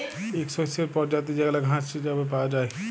ইক শস্যের পরজাতি যেগলা ঘাঁস হিছাবে পাউয়া যায়